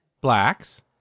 blacks